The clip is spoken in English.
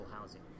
housing